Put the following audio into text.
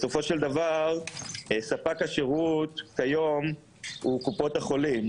בסופו של דבר ספק השירות כיום הוא קופות החולים.